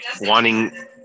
wanting